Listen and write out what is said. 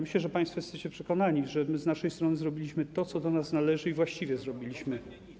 Myślę, że państwo jesteście przekonani, że my z naszej strony zrobiliśmy to, co do nas należy, i właściwie zrobiliśmy.